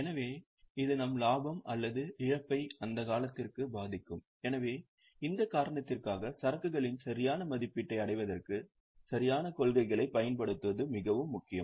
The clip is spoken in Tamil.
எனவே இது நம் லாபம் அல்லது இழப்பை அந்தக் காலத்திற்கு பாதிக்கும் எனவே இந்த காரணத்திற்காக சரக்குகளின் சரியான மதிப்பீட்டை அடைவதற்கு சரியான கொள்கைகளைப் பயன்படுத்துவது மிகவும் முக்கியம்